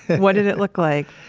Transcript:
what did it look like?